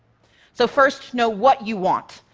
so, first know what you want.